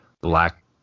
black